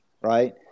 right